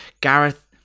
gareth